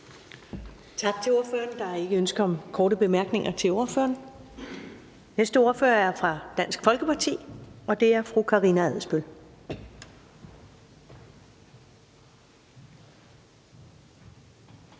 Tak til ordføreren. Der er ikke ønske om korte bemærkninger til ordføreren. Den næste ordfører kommer fra Nye Borgerlige, og det er hr. Lars Boje